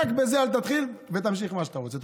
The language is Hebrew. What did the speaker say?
רק בזה אל תתחיל, ותמשיך במה שאתה רוצה.